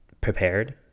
prepared